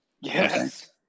yes